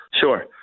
Sure